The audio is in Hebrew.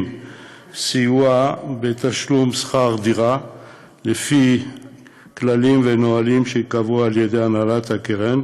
סיוע בתשלום שכר דירה לפי כללים ונהלים שייקבעו על ידי הנהלת הקרן,